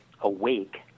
awake